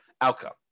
outcome